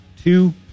two